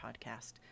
podcast